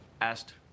asked